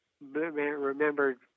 remembered